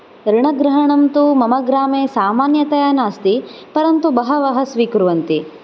ॠणग्रहणं तु मम ग्रामे समान्यतया नस्ति परन्तु बहवः स्वीकुर्वन्ति